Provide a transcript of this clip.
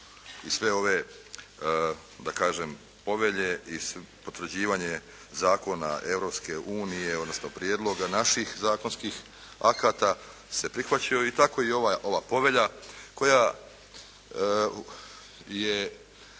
i sve ove da kažem Povelje i potvrđivanje Zakona Europske unije, odnosno prijedloga naših zakonskih akata se prihvaćaju i tako i ova Povelja koja je